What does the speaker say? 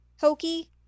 hokey